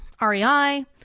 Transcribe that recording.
REI